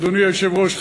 אדוני היושב-ראש,